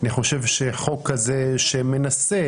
החוק הזה מנסה